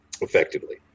effectively